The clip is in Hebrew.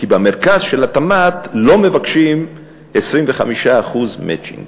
כי במרכז של התמ"ת לא מבקשים 25% מצ'ינג,